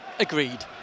Agreed